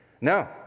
No